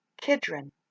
Kidron